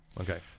Okay